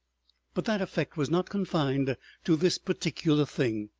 but that effect was not confined to this particular thing.